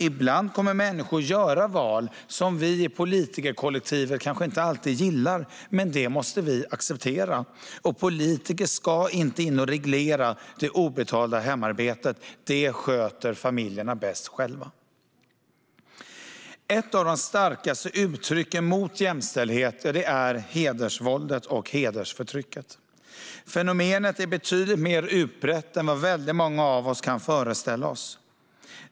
Ibland kommer människor att göra val som vi i politikerkollektivet kanske inte gillar, men det måste vi acceptera. Och politiker ska inte in och reglera det obetalda hemarbetet - det sköter familjerna bäst själva. Ett av de starkaste uttrycken mot jämställdhet är hedersvåldet och hedersförtrycket. Fenomenet är betydligt mer utbrett än vad många av oss kan föreställa oss.